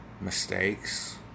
mistakes